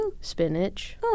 spinach